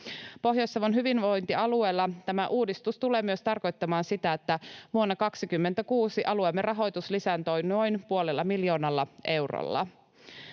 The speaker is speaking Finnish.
Pohjois-Savon hyvinvointialueella tämä uudistus tulee myös tarkoittamaan sitä, että vuonna 26 alueemme rahoitus lisääntyy noin puolella miljoonalla eurolla.